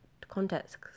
context